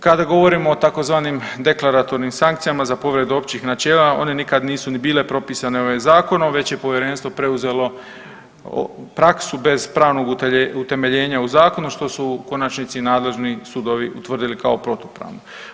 Kada govorimo o tzv. deklaratornim sankcijama za povredu općih načela one nikad nisu ni bile propisane ovim zakonom već je povjerenstvo preuzelo praksu bez pravnog utemeljenja u zakonu što su u konačnici nadležni sudovi utvrdili kao protupravno.